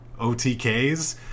otks